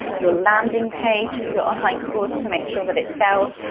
your landing page for your online course to make sure that it sells,